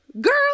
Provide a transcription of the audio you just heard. girl